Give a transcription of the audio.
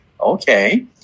Okay